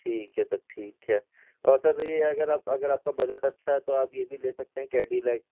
ठीक है सर ठीक है और सर ये अगर आप अगर आपका बजट अच्छा है तो आप ये भी ले सकते हैं कैडीलैक